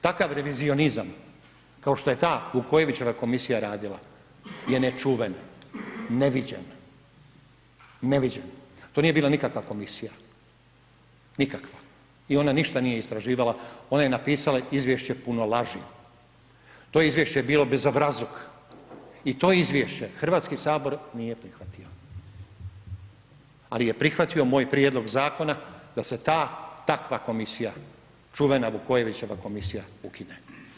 Takav revizionizam kao što je ta Vukojevićeva komisija radila je nečuvan, neviđen, neviđen, to nije bila nikakva komisija, nikakva i ona ništa nije istraživala, ona je napisala izvješće puno laži, to izvješće je bilo bezobrazluk i to izvješće HS nije prihvatio, ali je prihvatio moj prijedlog zakona da se ta, takva komisija, čuvena Vukojevićeva komisija, ukine.